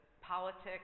politics